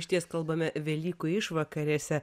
išties kalbame velykų išvakarėse